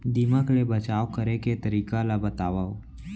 दीमक ले बचाव करे के तरीका ला बतावव?